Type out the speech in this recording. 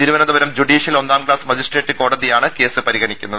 Thiruvananthapuram judicial ഒന്നാം class magistrate കോടതിയാണ് case പരിഗണിക്കുന്നത്